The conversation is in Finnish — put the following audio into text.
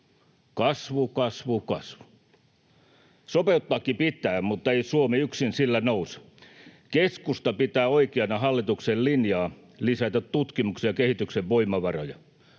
Kasvu, kasvu, kasvu. Sopeuttaakin pitää, mutta ei Suomi yksin sillä nouse. Keskusta pitää oikeana hallituksen linjaa lisätä tutkimuksen ja kehityksen voimavaroja.